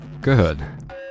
Good